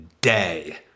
day